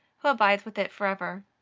who abides with it forever.